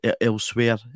elsewhere